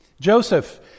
Joseph